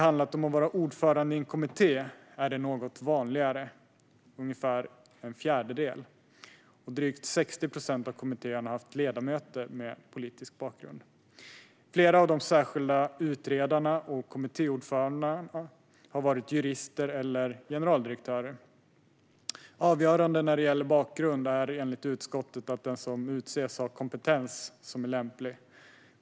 Bland ordförande i kommittéer är detta något vanligare och finns hos ungefär en fjärdedel. Drygt 60 procent av kommittéerna har haft ledamöter med politisk bakgrund. Flera av de särskilda utredarna och kommittéordförandena har varit jurister eller generaldirektörer. Avgörande när det gäller bakgrund är enligt utskottet att den som utses har en kompetens som är lämplig.